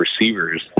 receivers